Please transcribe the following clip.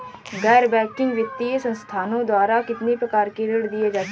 गैर बैंकिंग वित्तीय संस्थाओं द्वारा कितनी प्रकार के ऋण दिए जाते हैं?